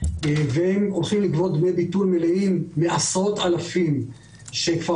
והם הולכים לגבות דמי ביטול מלאים מעשרות אלפים שכבר